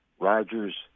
Rodgers